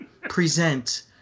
present